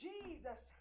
Jesus